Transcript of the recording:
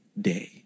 day